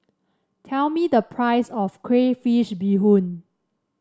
tell me the price of Crayfish Beehoon